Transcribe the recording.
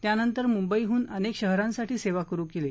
त्यानंतर मुंबईहन अनेक शहरांसाठी सेवा सुरू केली